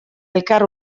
elkar